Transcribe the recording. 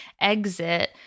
exit